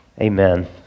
amen